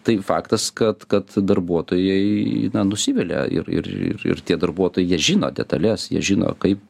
tai faktas kad kad darbuotojai na nusivilia ir ir ir ir tie darbuotojai jie žino detales jie žino kaip